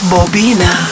Bobina